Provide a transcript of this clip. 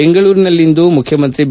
ಬೆಂಗಳೂರಿನಲ್ಲಿಂದು ಮುಖ್ಯಮಂತ್ರಿ ಬಿ